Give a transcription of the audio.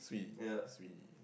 swee swee